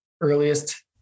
earliest